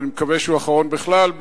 ואני מקווה שהוא אחרון בכלל,